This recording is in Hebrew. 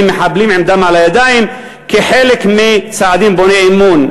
"מחבלים עם דם על הידיים" כחלק מצעדים בוני אמון.